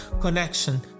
connection